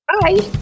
Bye